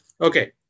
Okay